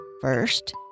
First